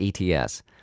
ETS